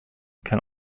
can